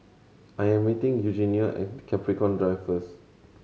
I am meeting Eugenio at Capricorn Drive first